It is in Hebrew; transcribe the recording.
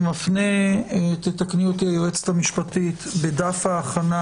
אני מפנה לדף ההכנה